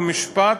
החוקה, חוק ומשפט